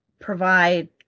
provide